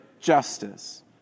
justice